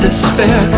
Despair